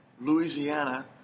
Louisiana